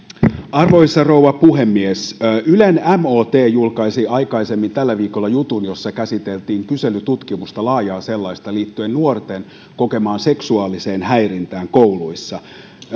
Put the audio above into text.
arvoisa rouva puhemies ylen mot julkaisi aikaisemmin tällä viikolla jutun jossa käsiteltiin kyselytutkimusta laajaa sellaista liittyen nuorten kokemaan seksuaaliseen häirintään kouluissa